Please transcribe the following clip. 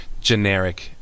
generic